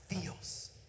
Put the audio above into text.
feels